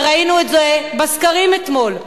וראינו את זה בסקרים אתמול.